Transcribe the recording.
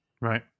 Right